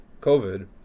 COVID